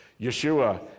Yeshua